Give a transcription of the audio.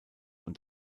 und